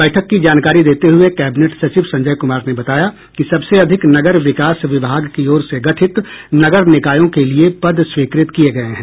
बैठक की जानकारी देते हुए कैबिनेट सचिव संजय कुमार ने बताया कि सबसे अधिक नगर विकास विभाग की ओर से गठित नगर निकायों के लिये पद स्वीकृत किये गये हैं